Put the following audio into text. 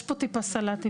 יש טיפה סלט.